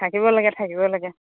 থাকিব লাগে থাকিব লাগে